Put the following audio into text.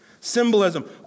Symbolism